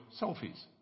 selfies